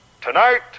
Tonight